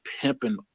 pimping